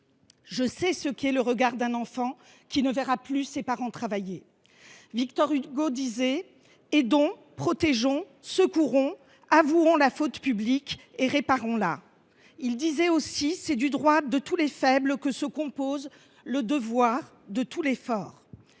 je sais ce qu’est le regard d’un enfant qui ne verra plus ses parents travailler. Victor Hugo disait :« Aidons, protégeons, secourons, avouons la faute publique et réparons la. » Il disait encore :« C’est du droit de tous les faibles que se compose le devoir de tous les forts.